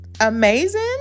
amazing